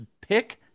pick